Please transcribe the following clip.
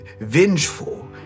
vengeful